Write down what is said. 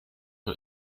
who